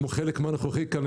כמו חלק מהנוכחים כאן.